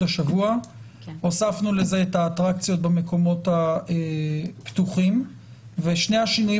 השבוע הוספנו לזה את האטרקציות במקומות הפתוחים ושני השינויים